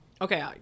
okay